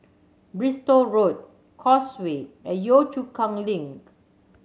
Bristol Road Causeway and Yio Chu Kang Link